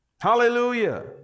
Hallelujah